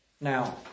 now